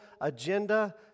agenda